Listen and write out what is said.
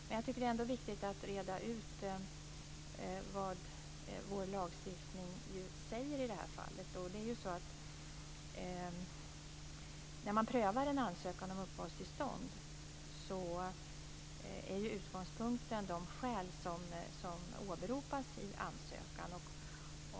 Men jag tycker ändå det är viktigt att reda ut vad vår lagstiftning säger i detta fall. När en ansökan om uppehållstillstånd prövas är utgångspunkten de skäl som åberopas i ansökan.